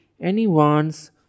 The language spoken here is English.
anyone's